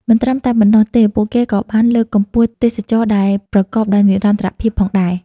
មិនត្រឹមតែប៉ុណ្ណោះទេពួកគេក៏បានលើកកម្ពស់ទេសចរណ៍ដែលប្រកបដោយនិរន្តរភាពផងដែរ ។